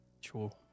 Sure